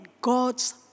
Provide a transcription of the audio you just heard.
God's